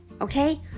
okay